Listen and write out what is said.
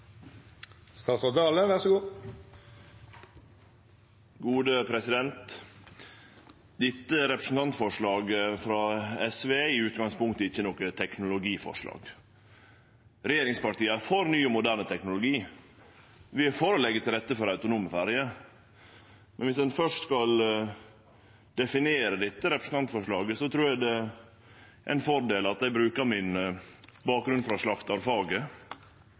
i utgangspunktet ikkje noko teknologiforslag. Regjeringspartia er for ny og moderne teknologi. Vi er for å leggje til rette for autonome ferjer, men dersom ein først skal definere dette representantforslaget, trur eg det er ein fordel at eg brukar bakgrunnen min frå slaktarfaget.